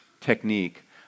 technique